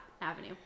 avenue